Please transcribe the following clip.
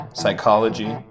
psychology